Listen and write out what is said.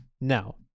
Now